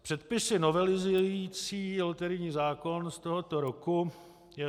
Předpisy novelizující loterijní zákon z tohoto roku jsou: